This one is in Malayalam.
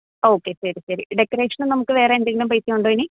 ഓക്കെ ശരി ശരി ഡെക്കറേഷന് നമുക്ക് വേറെയെന്തെങ്കിലും പൈസ ഉണ്ടോ ഇനി